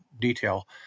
detail